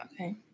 Okay